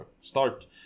start